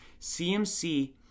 CMC